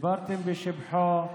ודיברתם בשבחו,